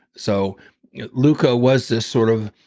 so luca was this sort of.